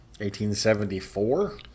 1874